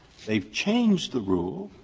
they've changed the rule.